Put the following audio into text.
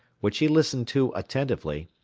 which he listened to attentively,